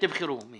אני